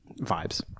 vibes